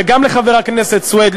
וגם לחבר הכנסת סוייד.